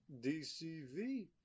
DCV